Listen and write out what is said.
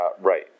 Right